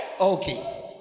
Okay